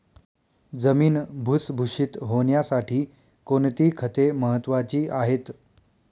जमीन भुसभुशीत होण्यासाठी कोणती खते महत्वाची आहेत?